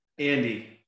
Andy